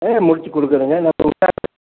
ஆ முடிச்சிக்கொடுக்குறேங்க நான்